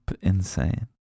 insane